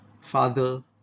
Father